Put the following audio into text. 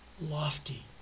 lofty